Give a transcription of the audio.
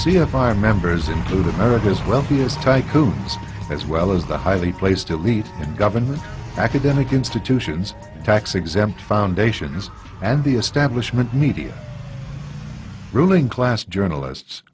see a fire members include america's wealthiest tycoons as well as the highly placed elite government academic institutions tax exempt foundations and the establishment media ruling class journalists